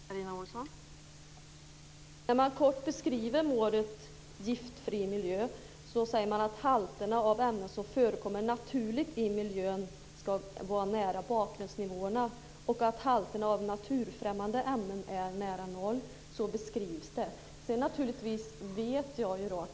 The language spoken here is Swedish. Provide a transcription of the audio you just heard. Fru talman! När man kort beskriver målet en giftfri miljö säger man att halterna av ämnen som förekommer naturligt i miljön ska vara nära bakgrundsnivåerna och att halterna av naturfrämmande ämnen ska vara nära noll. Jag vet självfallet att det finns gifter naturligt i miljön.